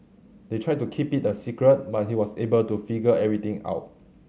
they tried to keep it a secret but he was able to figure everything out